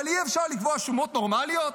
אבל אי-אפשר לקבוע שומות נורמליות?